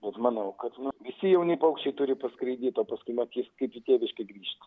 bet manau kad visi jauni paukščiai turi paskraidyti o paskui matys kaip į tėviškę grįžt